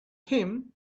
him